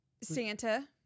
Santa